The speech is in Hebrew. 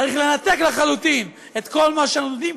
צריך לנתק לחלוטין את כל מה שנותנים.